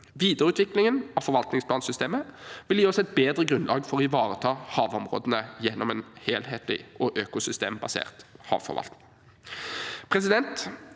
Videreutviklingen av forvaltningsplansystemet vil gi oss et bedre grunnlag for å ivareta havområdene gjennom en helhetlig og økosystembasert havforvaltning.